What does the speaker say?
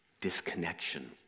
disconnection